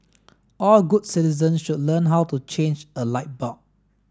all good citizens should learn how to change a light bulb